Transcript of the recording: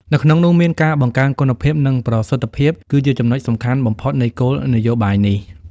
នៅក្នុងនោះមាន ការបង្កើនគុណភាព និងប្រសិទ្ធភាព គឺជាចំណុចសំខាន់បំផុតនៃគោលនយោបាយនេះ។